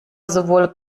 sowohl